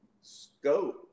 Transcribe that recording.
scope